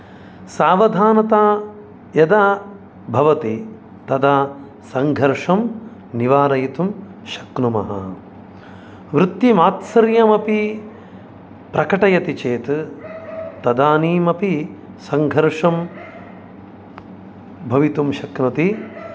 सावधानता यदा भवति तदा सङ्घर्षं निवारयितुं शक्नुमः वृत्तिमात्सर्यमपि प्रकटयति चेत् तदानीम् अपि सङ्घर्षं भवितुं शक्नोति